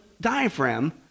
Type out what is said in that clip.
diaphragm